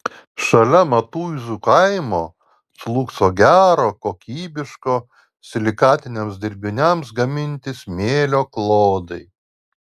šalia matuizų kaimo slūgso gero kokybiško silikatiniams dirbiniams gaminti smėlio klodai